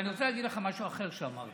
אבל אני רוצה להגיד לך משהו אחר שאמרת